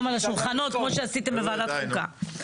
על השולחנות כמו שעשיתם בוועדת חוקה.